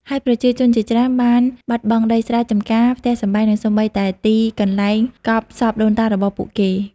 ហើយប្រជាជនជាច្រើនបានបាត់បង់ដីស្រែ ចម្ការ ផ្ទះសម្បែង និងសូម្បីតែទីកន្លែងកប់សពដូនតារបស់ពួកគេ។